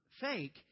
fake